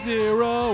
Zero